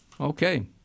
Okay